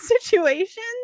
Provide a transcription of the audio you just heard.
situations